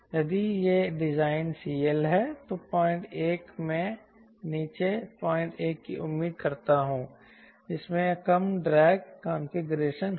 यदि यह design CL है तो 01 मैं नीचे 01 की उम्मीद करता हूं इसमें कम ड्रैग कॉन्फ़िगरेशन होगा